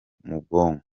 bwonko